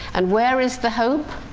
and where is the hope?